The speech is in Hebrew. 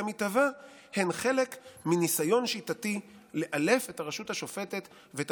המתהווה הן חלק מניסיון שיטתי לאלף את הרשות השופטת ואת